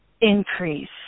increase